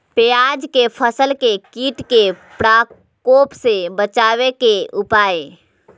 प्याज के फसल के कीट के प्रकोप से बचावे के उपाय?